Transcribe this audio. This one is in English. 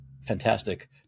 fantastic